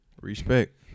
Respect